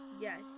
Yes